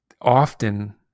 often